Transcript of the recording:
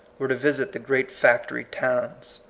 were to visit the great factory towns,